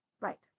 Right